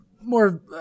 more